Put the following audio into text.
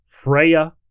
Freya